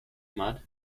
mud